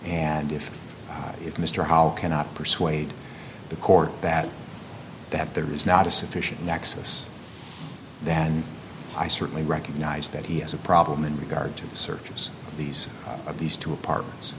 and if if mr howe cannot persuade the court that that there is not a sufficient nexus then i certainly recognize that he has a problem in regard to the searches of these of these two apartments